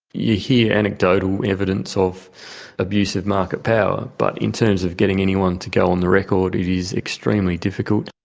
you hear anecdotal evidence of abuse of market power, but in terms of getting anyone to go on the record it is extremely difficult.